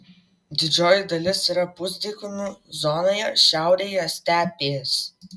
didžioji dalis yra pusdykumių zonoje šiaurėje stepės